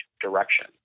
direction